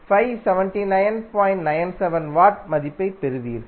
97 watt மதிப்பைப் பெறுவீர்கள்